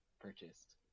purchased